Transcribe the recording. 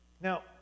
now